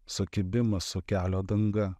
sukibimas su kelio danga